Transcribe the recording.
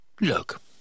Look